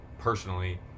personally